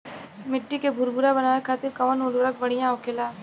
मिट्टी के भूरभूरा बनावे खातिर कवन उर्वरक भड़िया होखेला?